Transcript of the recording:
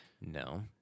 No